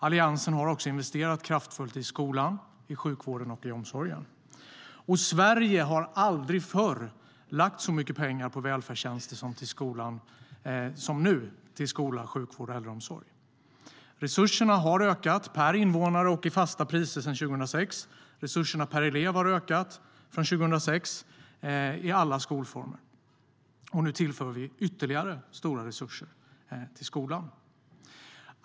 Alliansen har också investerat kraftfullt i skolan, i sjukvården och i omsorgen. Sverige har aldrig förr lagt så mycket pengar på välfärdstjänster som nu till skola, sjukvård och äldreomsorg. Resurserna har ökat per invånare och i fasta priser sedan 2006. Resurserna per elev har ökat från 2006 i alla skolformer. Och nu tillför vi ytterligare stora resurser till skolan.